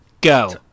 go